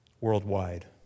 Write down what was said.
worldwide